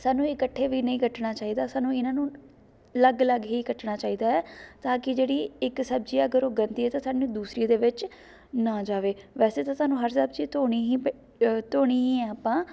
ਸਾਨੂੰ ਇਕੱਠੇ ਵੀ ਨਹੀਂ ਕੱਟਣਾ ਚਾਹੀਦਾ ਸਾਨੂੰ ਇਹਨਾਂ ਨੂੰ ਅਲੱਗ ਅਲੱਗ ਹੀ ਕੱਟਣਾ ਚਾਹੀਦਾ ਹੈ ਤਾਂ ਕਿ ਜਿਹੜੀ ਇੱਕ ਸਬਜ਼ੀ ਹੈ ਅਗਰ ਉਹ ਗੰਦੀ ਹੈ ਤਾਂ ਸਾਨੂੰ ਦੂਸਰੀ ਦੇ ਵਿੱਚ ਨਾ ਜਾਵੇ ਵੈਸੇ ਤਾਂ ਸਾਨੂੰ ਹਰ ਸਬਜ਼ੀ ਧੋਣੀ ਹੀ ਪੈ ਧੋਣੀ ਹੀ ਹੈ ਆਪਾਂ